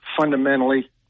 fundamentally